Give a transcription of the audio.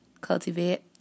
cultivate